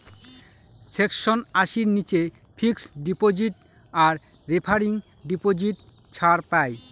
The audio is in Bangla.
সেকশন আশির নীচে ফিক্সড ডিপজিট আর রেকারিং ডিপোজিট ছাড় পাই